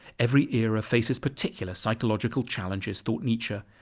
every era faces particular psychological challenges, thought nietzsche,